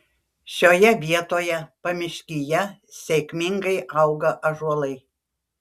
šioje vietoje pamiškyje sėkmingai auga ąžuolai